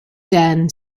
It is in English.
den